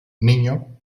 niño